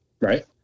Right